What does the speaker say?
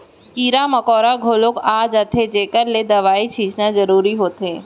कीरा मकोड़ा घलौ आ जाथें जेकर ले दवई छींचना जरूरी होथे